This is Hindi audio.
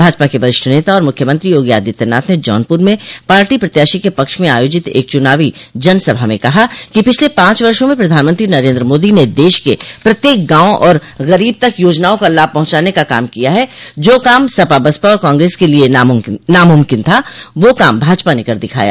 भाजपा के वरिष्ठ नेता और मुख्यमंत्री योगी आदित्यनाथ ने जौनपुर में पार्टी प्रत्याशी के पक्ष में आयोजित एक चुनावी जनसभा में कहा कि पिछले पांच वर्षो में प्रधानमंत्री नरेन्द्र मोदी ने देश के प्रत्येक गांव और गरीब तक योजनाओं का लाभ पहुंचाने का काम किया है जो काम सपा बसपा और कांग्रेस के लिये नामुमकिन था वह काम भाजपा ने कर दिखाया